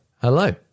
Hello